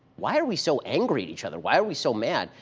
why are we so angry at each other? why are we so mad?